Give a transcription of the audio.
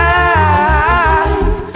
eyes